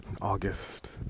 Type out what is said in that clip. August